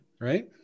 right